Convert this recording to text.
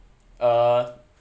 uh